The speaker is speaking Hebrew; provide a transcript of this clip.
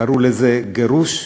קראו לזה גירוש,